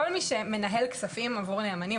כל מי שמנהל כספים עבור הנאמנים,